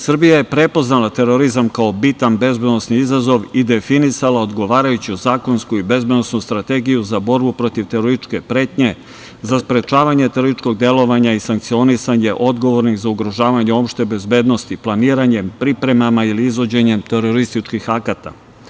Srbija je prepoznala terorizam kao bitan bezbednosni izazov i definisala odgovarajuću zakonsku i bezbednosnu strategiju za borbu protiv terorističke pretnje, za sprečavanje terorističkog delovanja i sankcionisanje odgovornih za ugrožavanje opšte bezbednosti planiranjem, pripremama ili izvođenjem terorističkih akata.